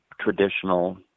traditional